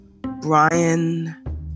Brian